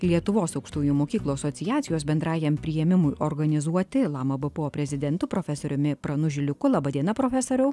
lietuvos aukštųjų mokyklų asociacijos bendrajam priėmimui organizuoti lama bpo prezidentu profesoriumi pranu žiliuku laba diena profesoriau